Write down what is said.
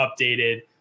updated